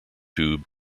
tube